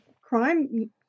crime